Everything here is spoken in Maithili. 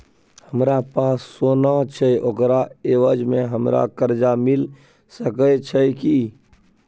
हमरा पास सोना छै ओकरा एवज में हमरा कर्जा मिल सके छै की?